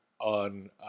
on